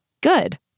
Good